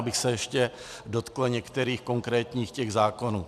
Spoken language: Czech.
Já bych se ještě dotkl některých konkrétních zákonů.